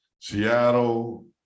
Seattle